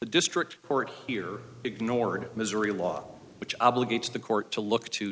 the district court here ignoring missouri law which obligates the court to look to